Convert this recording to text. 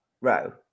Row